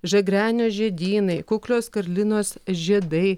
žagrenio žiedynai kuklios karlinos žiedai